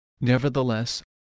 Nevertheless